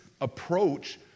approach